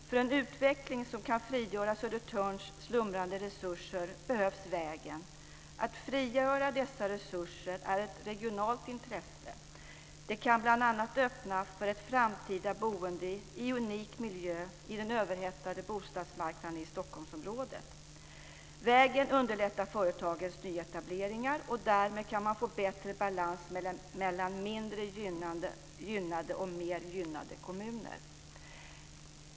För en utveckling som kan frigöra Södertörns slumrande resurser behövs denna väg. Att frigöra dessa resurser är ett regionalt intresse. Det kan bl.a. öppna för ett framtida boende i unik miljö i den överhettade bostadsmarknaden i Stockholmsområdet. Vägen underlättar företagens nyetableringar, och därmed kan man få bättre balans mellan mindre gynnade och mer gynnade kommuner.